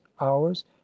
hours